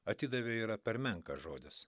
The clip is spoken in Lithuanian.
atidavė yra per menkas žodis